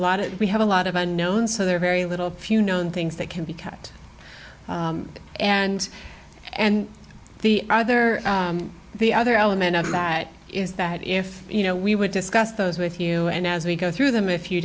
lot of we have a lot of unknowns so there are very little few known things that can be cut and and the other the other element of that is that if you know we would discuss those with you and as we go through them if you